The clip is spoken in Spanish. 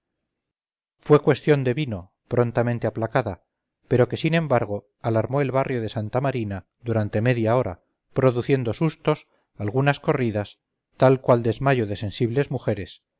fue cuestión devino prontamente aplacada pero que sin embargo alarmó el barrio de santa marina durante media hora produciendo sustos algunas corridas tal cual desmayo de sensibles mujeres